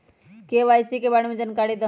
KYC Y बारे में जानकारी दहु?